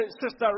Sister